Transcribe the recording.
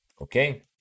Okay